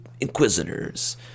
Inquisitors